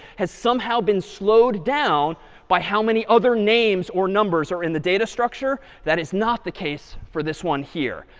has somehow been slowed down by how many other names or numbers are in the data structure. that is not the case for this one here.